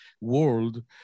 world